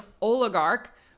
oligarch